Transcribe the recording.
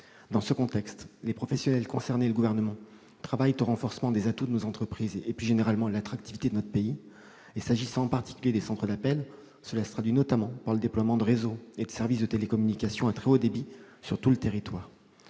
Dans ce contexte, les professionnels concernés et le Gouvernement travaillent au renforcement des atouts de nos entreprises et, plus généralement, à l'attractivité de notre pays. S'agissant en particulier des centres d'appels, cela se traduit notamment par le déploiement de réseaux et de services de télécommunications à très haut débit sur tout le territoire.